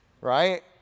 Right